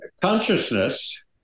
consciousness